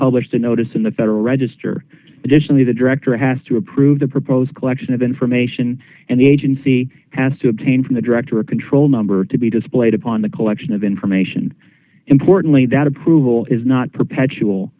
published a notice in the federal register additionally the director has to approve the proposed collection of information and the agency has to obtain from the director a control number to be displayed upon the collection of information importantly that approval is not perpetual